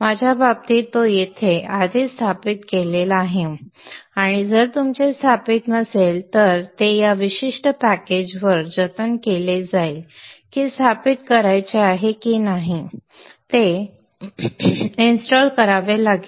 माझ्या बाबतीत तो येथे आधीच स्थापित केलेला आहे आणि जर तुमचे स्थापित नसेल तर ते या विशिष्ट पॅकेजवर जतन केले जाईल की स्थापित करायचे आहे की नाही ते स्थापित करावे लागेल